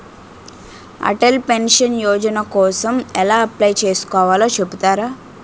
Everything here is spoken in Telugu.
అటల్ పెన్షన్ యోజన కోసం ఎలా అప్లయ్ చేసుకోవాలో చెపుతారా?